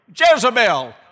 Jezebel